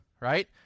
right